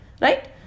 Right